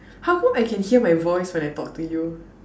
how come I can hear my voice when I talk to you